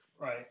Right